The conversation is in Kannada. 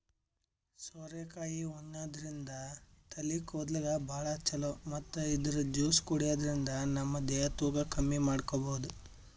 ಸೋರೆಕಾಯಿ ಉಣಾದ್ರಿನ್ದ ತಲಿ ಕೂದಲ್ಗ್ ಭಾಳ್ ಛಲೋ ಮತ್ತ್ ಇದ್ರ್ ಜ್ಯೂಸ್ ಕುಡ್ಯಾದ್ರಿನ್ದ ನಮ ದೇಹದ್ ತೂಕ ಕಮ್ಮಿ ಮಾಡ್ಕೊಬಹುದ್